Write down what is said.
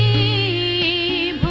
ie